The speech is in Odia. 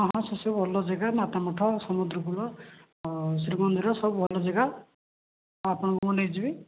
ହଁ ହଁ ସେସବୁ ଭଲ ଯାଗା ମାତାମଠ ସମୁଦ୍ର କୁଳ ଶ୍ରୀମନ୍ଦିର ସବୁ ଭଲ ଯାଗା ଆପଣଙ୍କୁ ମୁଁ ନେଇଯିବି